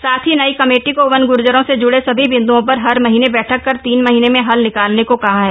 साथ ही नयी कमेटी को वन ग्र्जरों से ज्ड़े सभी बिन्द्ओं पर हर महीने बैठक कर तीन महीने में हल निकालने को कहा है